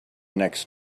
next